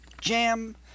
jam